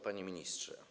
Panie Ministrze!